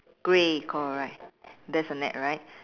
grey correct there's a net right